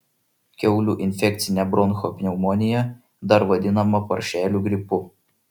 kiaulių infekcinė bronchopneumonija dar vadinama paršelių gripu